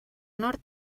nord